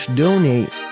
donate